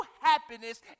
happiness